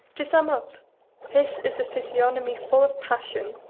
to sum up his is a physiognomy full of passion,